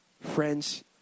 Friends